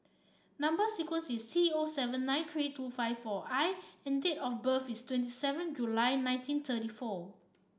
number sequence is T O seven nine three two five four I and date of birth is twenty seven July nineteen thirty four